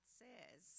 says